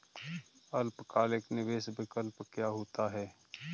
अल्पकालिक निवेश विकल्प क्या होता है?